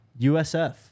USF